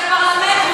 זה פרלמנט,